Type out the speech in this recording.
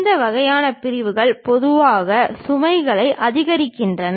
இந்த வகையான பிரிவுகள் பொதுவாக சுமைகளை ஆதரிக்கின்றன